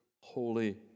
holy